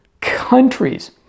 countries